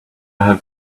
have